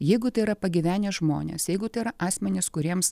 jeigu tai yra pagyvenę žmonės jeigu tai yra asmenys kuriems